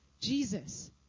Jesus